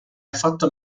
affatto